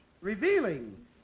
revealing